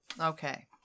Okay